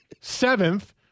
Seventh